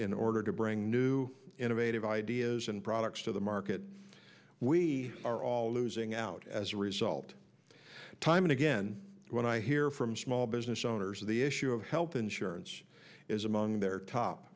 in order to bring new innovative ideas and products to the market we are all losing out as a result time and again when i hear from small business owners of the issue of health insurance is among their top